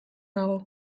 nago